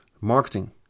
marketing